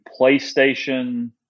PlayStation